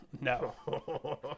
no